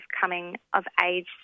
coming-of-age